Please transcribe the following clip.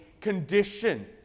condition